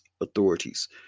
authorities